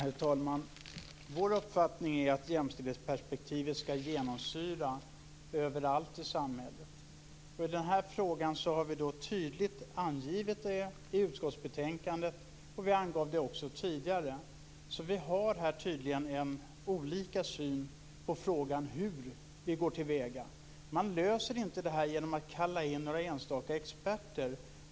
Herr talman! Vår uppfattning är att jämställdhetsperspektivet skall genomsyra allt i samhället. I den här frågan har vi tydligt angivit det i utskottsbetänkandet, och vi angav det också tidigare. Vi har tydligen olika syn på frågan hur vi skall gå till väga. Man löser inte detta genom att kalla in några enstaka experter.